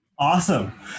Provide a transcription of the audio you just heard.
Awesome